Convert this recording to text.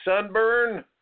sunburn